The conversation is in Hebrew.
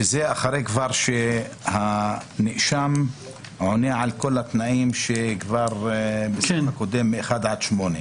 וזה כבר אחרי שהנאשם עונה על כל התנאים של הסעיף הקודם של (1) עד (8),